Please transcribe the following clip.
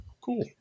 cool